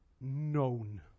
known